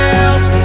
else